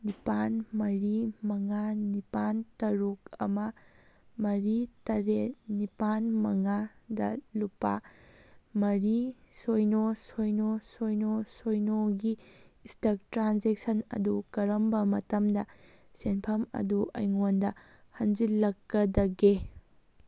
ꯅꯤꯄꯥꯜ ꯃꯔꯤ ꯃꯉꯥ ꯅꯤꯄꯥꯜ ꯇꯔꯨꯛ ꯑꯃ ꯃꯔꯤ ꯇꯔꯦꯠ ꯅꯤꯄꯥꯜ ꯃꯉꯥꯗ ꯂꯨꯄꯥ ꯃꯔꯤ ꯁꯤꯅꯣ ꯁꯤꯅꯣ ꯁꯤꯅꯣ ꯁꯤꯅꯣꯒꯤ ꯁ꯭ꯇꯛ ꯇ꯭ꯔꯥꯟꯖꯦꯛꯁꯟ ꯑꯗꯨ ꯀꯔꯝꯕ ꯃꯇꯝꯗ ꯁꯦꯟꯐꯝ ꯑꯗꯨ ꯑꯩꯉꯣꯟꯗ ꯍꯟꯖꯤꯜꯂꯛꯀꯗꯒꯦ